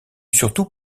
surtout